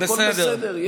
הכול בסדר.